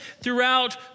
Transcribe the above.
throughout